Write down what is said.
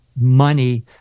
money